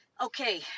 Okay